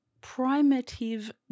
primitive